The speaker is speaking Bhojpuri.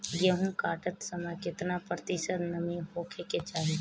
गेहूँ काटत समय केतना प्रतिशत नमी होखे के चाहीं?